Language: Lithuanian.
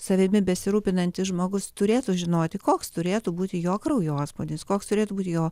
savimi besirūpinantis žmogus turėtų žinoti koks turėtų būti jo kraujospūdis koks turėtų būti jo